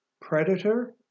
Predator